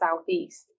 southeast